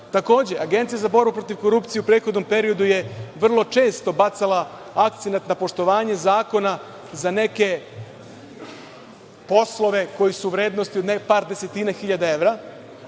slučajevima. Agencija za borbu protiv korupcije u prethodnom periodu je vrlo često bacala akcenat na poštovanje zakona za neke poslove koji su u vrednosti od par desetina hiljada evra,